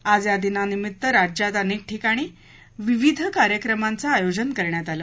आज या दिनानिमित्त राज्यात अनेक ठिकाणी विविध कार्यक्रमांचं आयोजन करण्यात आलं